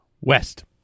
West